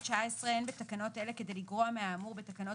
19. אין בתקנות אלה כדי לגרוע מהאמור בתקנות